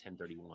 1031